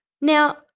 Now